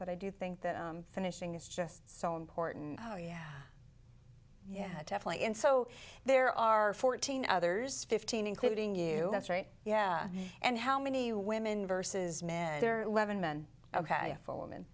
but i do think that finishing is just so important oh yeah yeah definitely and so there are fourteen others fifteen including you that's right yeah and how many women versus men there are levin men ok for women